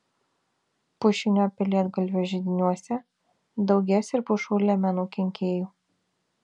pušinio pelėdgalvio židiniuose daugės ir pušų liemenų kenkėjų